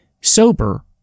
sober